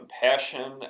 Compassion